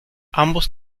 ambos